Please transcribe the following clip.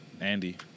Andy